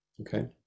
Okay